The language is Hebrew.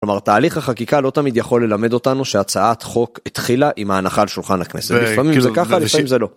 כלומר, תהליך החקיקה לא תמיד יכול ללמד אותנו שהצעת חוק התחילה עם ההנחה על שולחן הכנסת, לפעמים זה ככה, לפעמים זה לא.